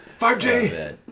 5G